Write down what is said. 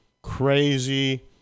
Crazy